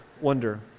wonder